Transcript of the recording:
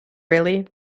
really